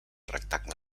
rectangle